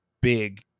big